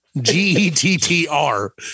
G-E-T-T-R